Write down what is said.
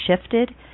shifted